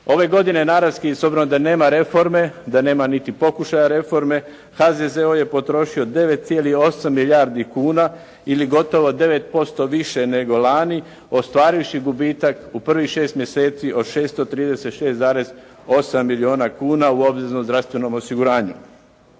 Ove godine naravski, s obzirom da nema reforme, da nema niti pokušaja reforme, HZZO je potrošio 9,8 milijardi kuna ili gotovo 9% više nego lani ostvarivši gubitak u prvih šest mjeseci od 636,8 milijuna kuna u obveznom zdravstvenom osiguranju.